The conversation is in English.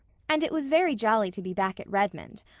and it was very jolly to be back at redmond,